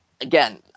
again